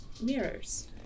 mirrors